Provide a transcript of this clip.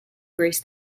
grace